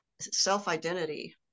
self-identity